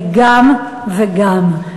זה גם וגם.